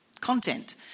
content